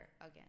again